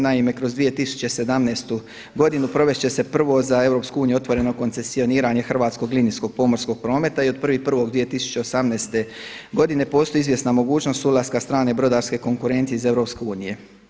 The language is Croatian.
Naime kroz 2017. godinu provesti će se prvo za EU otvoreno koncesioniranje hrvatskog linijskog pomorskog prometa i od 1.1.2018. godine postoji izvjesna mogućnost ulaska strane brodarske konkurencije iz EU.